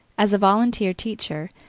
as a volunteer teacher,